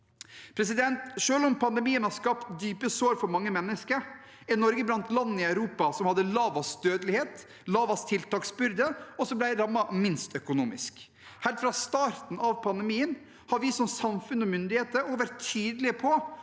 sal. Selv om pandemien har skapt dype sår for mange mennesker, er Norge blant landene i Europa som hadde lavest dødelighet og lavest tiltaksbyrde, og som ble rammet minst økonomisk. Helt fra starten av pandemien har vi som samfunn og myndighetene også vært tydelig på